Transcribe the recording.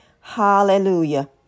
Hallelujah